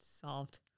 solved